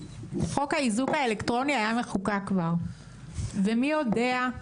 חוק האיזוק האלקטרוני היה מחוקק כבר ומי יודע,